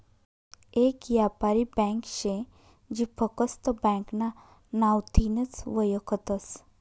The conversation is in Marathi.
येक यापारी ब्यांक शे जी फकस्त ब्यांकना नावथीनच वयखतस